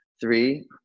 Three